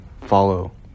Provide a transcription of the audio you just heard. follow